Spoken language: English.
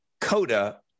coda